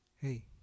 Hey